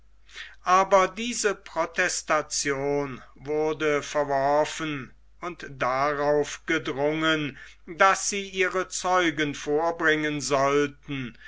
aber diese protestation wurde verworfen und darauf gedrungen daß sie ihre zeugen vorbringen sollten